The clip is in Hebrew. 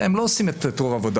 הרי הם לא עושים את אותה עבודה,